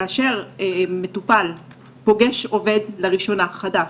כאשר מטופל פוגש עובד לראשונה, חדש,